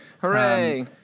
hooray